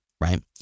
Right